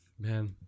Man